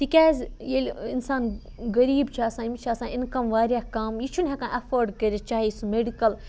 تِکیٛازِ ییٚلہِ اِنسان غریٖب چھُ آسان أمِس چھِ آسان اِنکَم واریاہ کَم یہِ چھُنہٕ ہٮ۪کان اٮ۪فٲڈ کٔرِتھ چاہے سُہ مٮ۪ڈِکَل